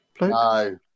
No